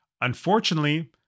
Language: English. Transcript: Unfortunately